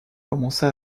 commença